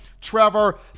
Trevor